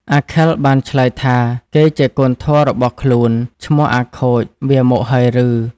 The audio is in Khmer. អាខិលបានឆ្លើយថាគេជាកូនធម៌របស់ខ្លួន ឈ្មោះអាខូចវាមកហើយឬ។